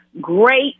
great